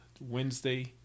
Wednesday